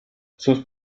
sus